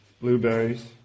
blueberries